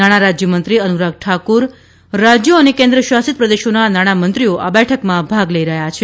નાણા રાજ્યમંત્રી અનુરાગ ઠાકુર રાજ્યો અને કેન્દ્ર શાસિત પ્રદેશોના નાણામંત્રીઓ આ બેઠકમાં ભાગ લઈ રહ્યા છે